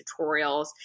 tutorials